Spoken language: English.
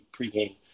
pregame